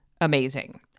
amazing